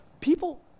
people